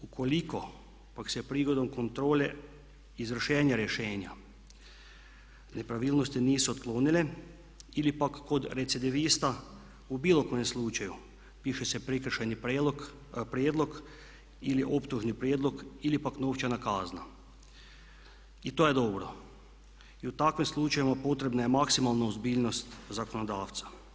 Ukoliko pak se prigodom kontrole izvršenja rješenja nepravilnosti nisu otklonile ili pak kod recidivista u bilo kojem slučaju piše se prekršajni prijedlog ili optužni prijedlog ili pak novčana kazna i to je dobro i u takvim slučajevima potrebna je maksimalna ozbiljnost zakonodavca.